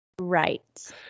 Right